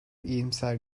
iyimser